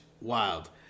wild